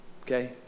Okay